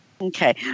Okay